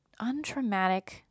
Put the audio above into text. untraumatic